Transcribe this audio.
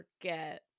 forget